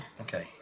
Okay